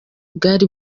bwari